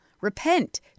Repent